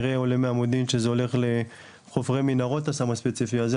- שזה הולך לחופרי מנהרות הסם הספציפי הזה,